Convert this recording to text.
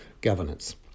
governance